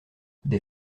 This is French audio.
des